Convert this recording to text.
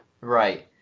Right